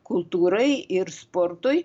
kultūrai ir sportui